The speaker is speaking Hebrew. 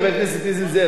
חבר הכנסת נסים זאב,